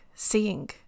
seeing